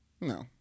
No